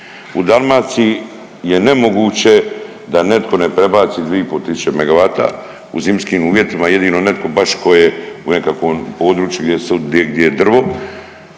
u Dalmaciji je nemoguće da netko ne prebaci 2,5 tisuće MW u zimskim uvjetima jedino netko baš ko je u nekakvom području gdje je drvo